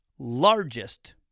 Largest